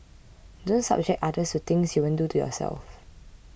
don't subject others to things you won't do to yourself